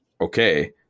okay